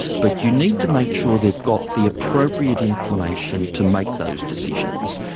but you need to make sure they've got the appropriate information to make those decisions.